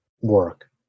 work